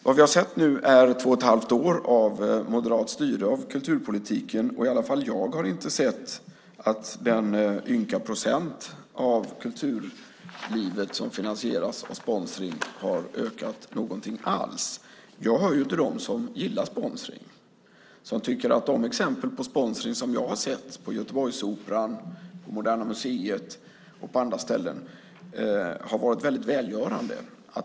Vad vi har sett nu är två och ett halvt år av moderat styre av kulturpolitiken, och i alla fall har inte jag sett att den ynka procent av kulturlivet som finansieras av sponsring har ökat någonting alls. Jag hör ju till dem som gillar sponsring och som tycker att de exempel på sponsring som jag har sett på Göteborgsoperan och Moderna museet och på andra ställen har varit väldigt välgörande.